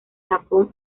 japón